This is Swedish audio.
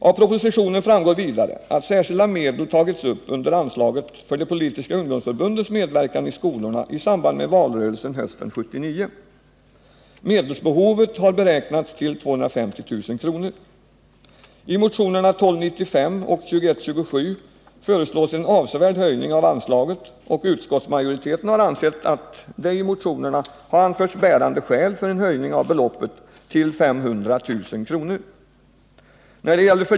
Av propositionen framgår vidare att särskilda medel tagits upp under anslaget för de politiska ungdomsförbundens medverkan i skolorna i samband med valrörelsen hösten 1979. Medelsbehovet har beräknats till 250 000 kr. I motionerna 1295 och 2127 föreslås en avsevärd höjning av anslaget, och utskottsmajoriteten har ansett att det i motionerna anförts bärande skäl för höjning av beloppet till 500 000 kr.